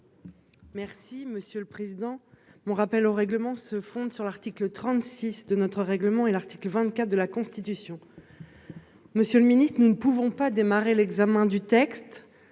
Merci monsieur le président. Mon rappel au règlement, se fonde sur l'article 36 de notre règlement et l'article 24 de la Constitution. Monsieur le Ministre, nous ne pouvons pas démarrer l'examen du texte